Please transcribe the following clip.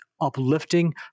uplifting